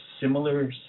similar